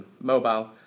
mobile